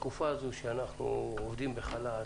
האם בתקופה הזו בה יש עובדים שיצאו לחל"ת,